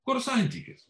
kur santykis